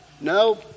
No